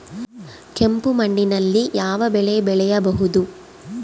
ಕೆಂಪು ಮಣ್ಣಿನಲ್ಲಿ ಯಾವ ಬೆಳೆ ಬೆಳೆಯಬಹುದು?